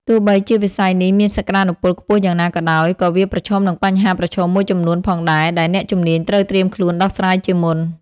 ទោះបីជាវិស័យនេះមានសក្កានុពលខ្ពស់យ៉ាងណាក៏ដោយ ក៏វាប្រឈមនឹងបញ្ហាប្រឈមមួយចំនួនផងដែរ ដែលអ្នកជំនាញត្រូវត្រៀមខ្លួនដោះស្រាយជាមុន។